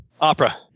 Opera